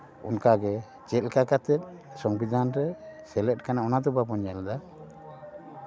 ᱚᱱᱠᱟᱜᱮ ᱪᱮᱫ ᱞᱮᱠᱟ ᱠᱟᱛᱮᱫ ᱥᱚᱝᱵᱤᱫᱷᱟᱱ ᱨᱮ ᱥᱮᱞᱮᱫ ᱠᱟᱱᱟ ᱚᱱᱟᱫᱚ ᱵᱟᱵᱚᱱ ᱧᱮᱞᱫᱟ